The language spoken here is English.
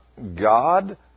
God